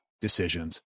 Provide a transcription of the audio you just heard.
decisions